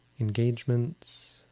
engagements